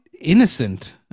innocent